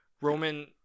Roman